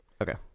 Okay